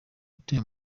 ate